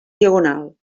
diagonal